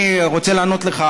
אני רוצה לענות לך,